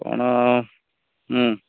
କ'ଣ ହୁଁ